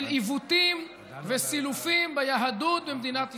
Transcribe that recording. של עיוותים וסילופים ביהדות במדינת ישראל.